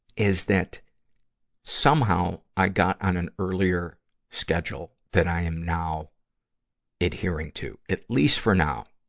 is that somehow i got on an earlier schedule that i am now adhering to, at least for now.